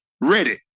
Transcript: ready